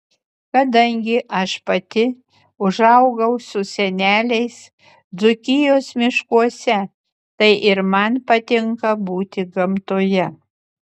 kadangi aš pati užaugau su seneliais dzūkijos miškuose tai ir man patinka būti gamtoje